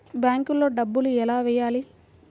బ్యాంక్లో డబ్బులు ఎలా వెయ్యాలి?